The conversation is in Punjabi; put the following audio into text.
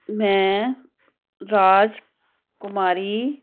ਮੈਂ ਰਾਜ ਕੁਮਾਰੀ